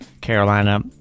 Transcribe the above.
Carolina